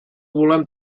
volem